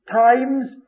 times